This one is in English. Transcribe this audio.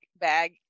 bag